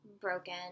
broken